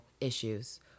issues